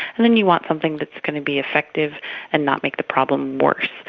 and then you want something that is going to be effective and not make the problem worse.